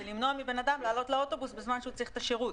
זה למנוע מבן אדם לעלות לאוטובוס בזמן שהוא צריך את השירות.